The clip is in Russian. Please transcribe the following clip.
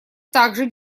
также